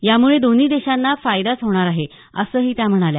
यामुळे दोन्ही देशांना फायदाच होणार आहे असंही त्या म्हणाल्या